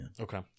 Okay